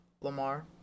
Lamar